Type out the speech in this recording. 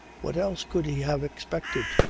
what else could he have expected?